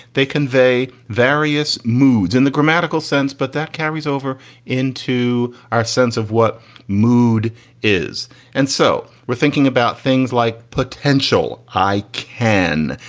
they convey various moods and the grammatical sense, but that carries over into our sense of what mood is. and so we're thinking about things like potential high can.